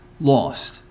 lost